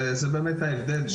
זה באמת ההבדל,